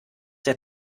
der